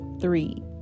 Three